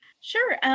Sure